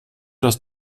das